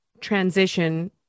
transition